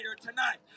tonight